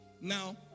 Now